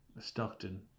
Stockton